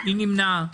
מי נמנע?